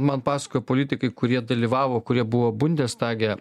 man pasakojo politikai kurie dalyvavo kurie buvo bundestage